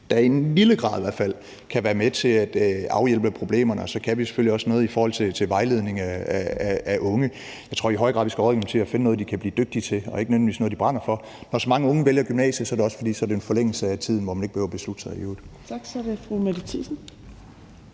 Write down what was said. fald i en lille grad kunne være med til at afhjælpe problemerne. Og så kan vi selvfølgelig også noget i forhold til vejledning af unge. Jeg tror, at vi i højere grad skal rådgive dem til at finde noget, de kan blive dygtige til, og ikke nødvendigvis noget, de brænder for. Når så mange unge vælger gymnasiet, er det også, fordi det er en forlængelse af tiden, hvor man ikke behøver at beslutte sig. Kl. 11:37 Tredje næstformand